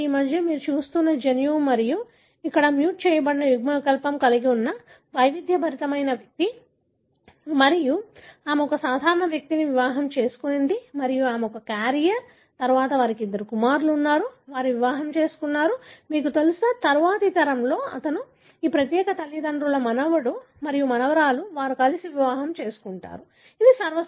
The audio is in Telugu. ఇది ఈ మధ్య మీరు చూస్తున్న జన్యువు మరియు ఇక్కడ మ్యూట్ చేయబడిన యుగ్మవికల్పం కలిగి ఉన్న వైవిధ్యభరితమైన వ్యక్తి మరియు ఆమె ఒక సాధారణ వ్యక్తిని వివాహం చేసుకుంది మరియు ఆమె ఒక క్యారియర్ మరియు తరువాత వారికి ఇద్దరు కుమారులు ఉన్నారు వారు వివాహం చేసుకున్నారు మీకు తెలుసా మరియు తరువాతి తరంలో అతని మీకు తెలుసా ఈ ప్రత్యేక తల్లిదండ్రుల మనవడు మరియు మనవరాలు వారు కలిసి వివాహం చేసుకుంటారు సరియైనదా